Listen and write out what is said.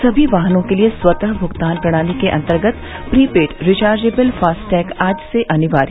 सभी वाहनों के लिए स्वतः भूगतान प्रणाली के अन्तर्गत प्रीपेड रिचार्जेबल फास्टैग आज से अनिवार्य